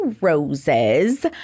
roses